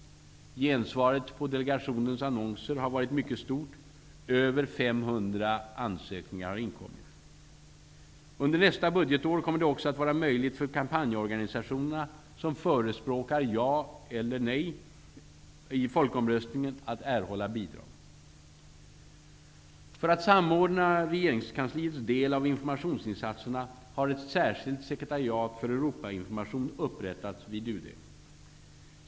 Gensvaret på delegationens annonser har varit mycket stort. Över 500 ansökningar har inkommit. Under nästa budgetår kommer det också att vara möjligt för kampanjorganisationerna, som förespråkar ja eller nej i folkomröstningen, att erhålla bidrag. För att samordna regeringskansliets del av informationsinsatserna har ett särskilt sekretariat för Europainformation upprättats vid UD.